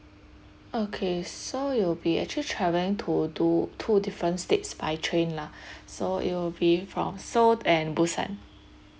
okay so you'll be actually travelling to two two different states by train lah so it will be from seoul and busan